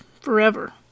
forever